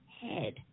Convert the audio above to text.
head